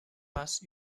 pas